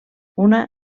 una